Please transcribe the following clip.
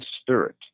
spirit